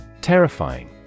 Terrifying